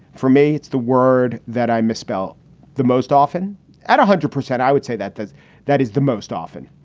for me, it's the word that i misspell the most often at one hundred percent. i would say that that that is the most often.